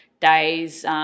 days